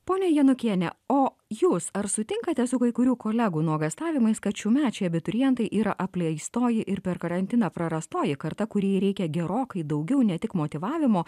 ponia janukiene o jūs ar sutinkate su kai kurių kolegų nuogąstavimais kad šiųmečiai abiturientai yra apleistoji ir per karantiną prarastoji karta kuriai reikia gerokai daugiau ne tik motyvavimo